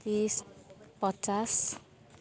तिस पचास